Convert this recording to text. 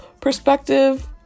perspective